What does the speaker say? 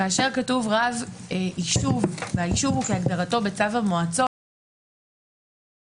כאשר כתוב רב יישוב והיישוב הוא כהגדרתו בצו המועצות אגב,